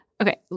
okay